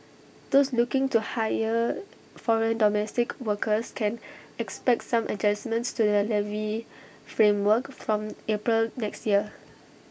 those looking to hire foreign domestic workers can expect some adjustments to the levy framework from April next year